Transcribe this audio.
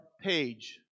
page